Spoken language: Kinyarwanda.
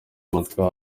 umutima